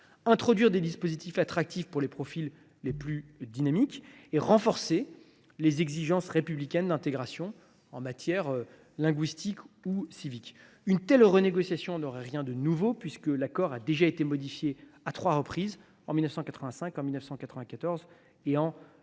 introduire des dispositifs attractifs pour les profils les plus dynamiques ; renforcer les exigences républicaines d’intégration, qu’elles soient linguistiques ou civiques. Une telle renégociation n’aurait rien de nouveau, puisque l’accord a déjà été modifié à trois reprises, en 1985, en 1994 et en 2001.